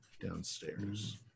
downstairs